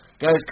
Guys